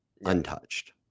untouched